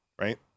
right